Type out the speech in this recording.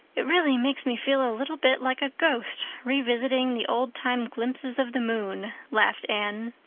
it really makes me feel a little bit like a ghost revisiting the old time glimpses of the moon, laughed anne.